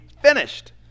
finished